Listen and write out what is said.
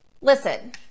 Listen